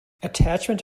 attachment